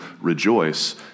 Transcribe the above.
rejoice